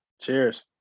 Cheers